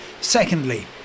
secondly